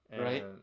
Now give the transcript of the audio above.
Right